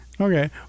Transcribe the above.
Okay